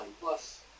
plus